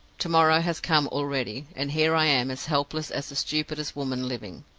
to-morrow has come already and here i am as helpless as the stupidest woman living!